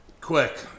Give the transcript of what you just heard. Quick